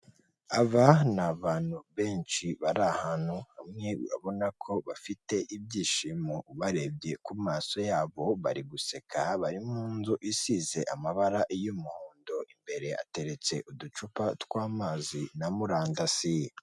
Aba ni abantu benshi bari ahantu hamwe urababona ko bafite ibyishimo, ubarebye ku maso yabo bari guseka, bari mu nzu isize amabara y'umuhondo, imbere hateretse uducupa tw'amazi na muransi.